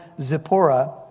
Zipporah